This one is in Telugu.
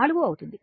4 అవుతుంది